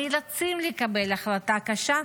נאלצים לקבל החלטה קשה,